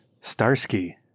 Starsky